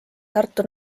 tartu